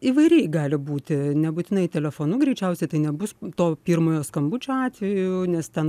įvairiai gali būti nebūtinai telefonu greičiausiai tai nebus to pirmojo skambučio atveju nes ten